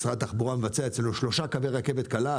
משרד התחבורה מבצע אצלנו 3 קווי רכבת קלה,